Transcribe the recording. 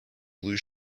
blue